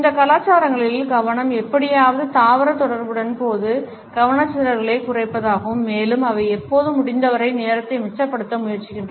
இந்த கலாச்சாரங்களில் கவனம் எப்படியாவது தாவர தொடர்புகளின் போது கவனச்சிதறல்களைக் குறைப்பதாகும் மேலும் அவை எப்போதும் முடிந்தவரை நேரத்தை மிச்சப்படுத்த முயற்சிக்கின்றன